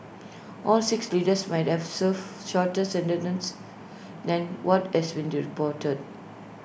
all six leaders might at serve shorter sentences than what has been do reported